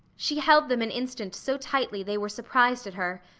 she held them an instant so tightly they were surprised at her,